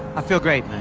i feel great,